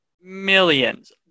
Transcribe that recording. millions